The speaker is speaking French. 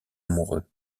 amoureux